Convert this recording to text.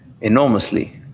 enormously